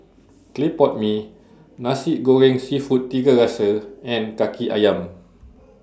Clay Pot Mee Nasi Goreng Seafood Tiga Rasa and Kaki Ayam